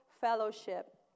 fellowship